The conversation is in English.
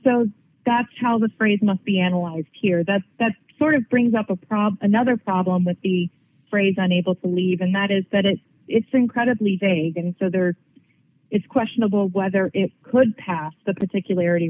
so that's how the phrase must be analyzed here that's that's sort of brings up a problem another problem with the phrase unable to leave and that is that it's it's incredibly vague and so there it's questionable whether it could pass the particular